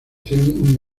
tienen